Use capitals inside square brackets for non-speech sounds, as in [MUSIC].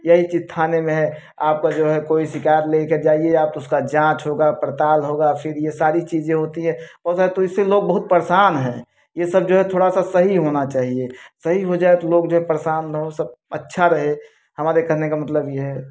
यही चीज थाने में है आपका जो है कोई शिकायत लेकर जाइए आप उसका जाँच होगा पड़ताल होगा फिर यह सारी चीजें होती हैं और [UNINTELLIGIBLE] इससे लोग बहुत परेशान हैं ये सब जो है थोड़ा सा सही होना चाहिए सही हो जाय है तो लोग जो है परेशान न हों सब अच्छा रहे हमारे कहने का मतलब यह है